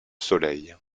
soleil